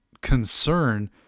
concern